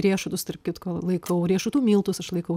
riešutus tarp kitko laikau riešutų miltus aš laikau